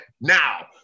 now